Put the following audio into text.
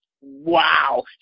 wow